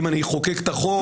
אם אני אחוקק את החוק,